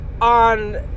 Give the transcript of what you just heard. on